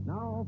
Now